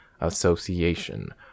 association